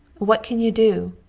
what can you do?